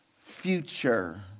future